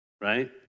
right